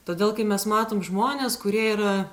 todėl kai mes matom žmones kurie yra